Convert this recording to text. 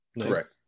Correct